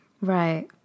Right